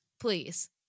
please